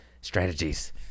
strategies